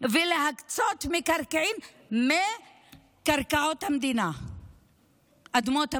ולהקצות מקרקעין מקרקעות המדינה, אדמות המדינה.